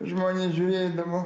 žmonės žiūrėdavo